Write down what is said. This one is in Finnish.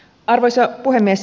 arvoisa puhemies